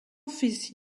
fils